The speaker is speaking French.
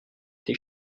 tes